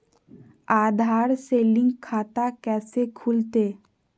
आधार से लिंक खाता कैसे खुलते?